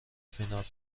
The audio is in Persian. فینال